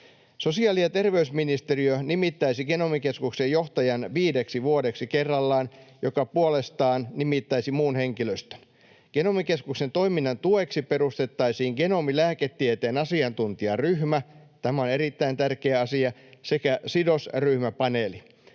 Sosiaali- ja terveysministeriö nimittäisi Genomikeskuksen johtajan viideksi vuodeksi kerrallaan, ja hän puolestaan nimittäisi muun henkilöstön. Genomikeskuksen toiminnan tueksi perustettaisiin genomilääketieteen asiantuntijaryhmä — tämä on erittäin tärkeä asia — sekä sidosryhmäpaneeli.